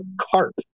Carp